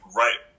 right